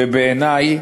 ובעיני,